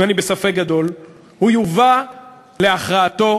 פעם יהיה רצון או צורך בדבר כזה,